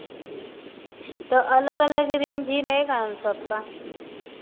तो अलग अलग रेंज ही रहेगा उन सबका